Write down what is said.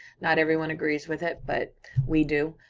not everyone agrees with it, but we do.